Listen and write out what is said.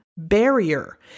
barrier